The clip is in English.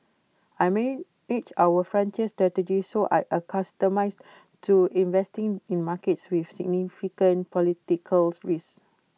I manage our frontier strategy so I accustomed to investing in markets with significant political risk